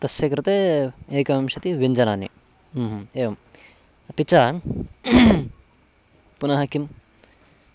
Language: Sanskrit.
तस्य कृते एकविंशतिव्यञ्जनानि एवम् अपि च पुनः किं